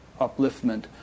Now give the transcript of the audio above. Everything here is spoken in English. upliftment